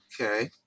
Okay